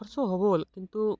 খৰচটো হ'বই কিন্তু